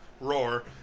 roar